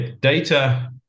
data